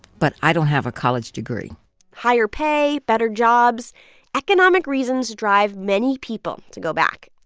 but i don't have a college degree higher pay, better jobs economic reasons drive many people to go back.